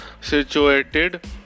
situated